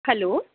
hello